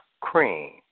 cream